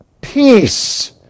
Peace